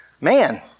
man